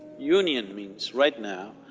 union means right now,